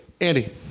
Andy